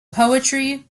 poetry